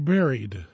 Buried